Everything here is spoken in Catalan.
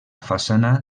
façana